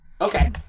okay